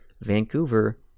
Vancouver